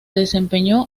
desempeñó